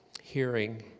hearing